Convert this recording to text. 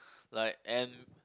like and